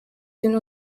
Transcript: den